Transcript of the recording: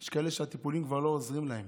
יש כאלה שהטיפולים כבר לא עוזרים להם,